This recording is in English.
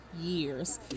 Years